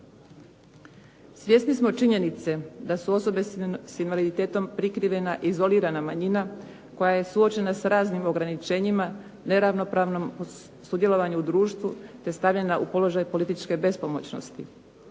Svjesni smo činjenice da su osobe sa invaliditetom prikrivena i izolirana manjina koja je suočena sa raznim ograničenjima, neravnopravnom sudjelovanju u društvu te stavljena u položaj političke bespomoćnosti.